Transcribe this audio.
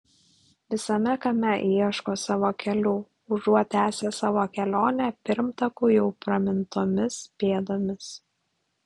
visame kame ieško savo kelių užuot tęsę savo kelionę pirmtakų jau pramintomis pėdomis